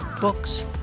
books